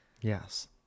Yes